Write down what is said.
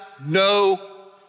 no